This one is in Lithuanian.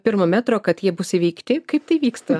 pirmo metro kad jie bus įveikti kaip tai vyksta